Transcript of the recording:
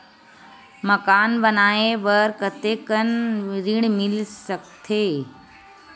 मकान बनाये बर कतेकन ऋण मिल सकथे?